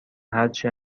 هرچی